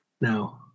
No